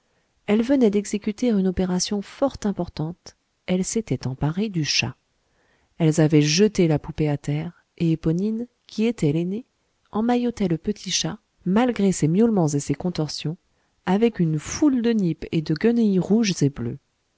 elles venaient d'exécuter une opération fort importante elles s'étaient emparées du chat elles avaient jeté la poupée à terre et éponine qui était l'aînée emmaillotait le petit chat malgré ses miaulements et ses contorsions avec une foule de nippes et de guenilles rouges et bleues